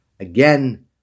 Again